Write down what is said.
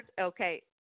Okay